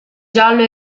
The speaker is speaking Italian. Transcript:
giallo